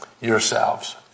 yourselves